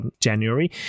january